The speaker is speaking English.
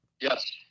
Yes